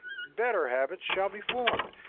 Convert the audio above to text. better habits shall be formed,